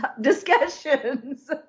discussions